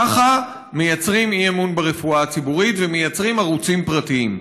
ככה מייצרים אי-אמון ברפואה הציבורית ומייצרים ערוצים פרטיים.